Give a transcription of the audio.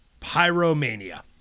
Pyromania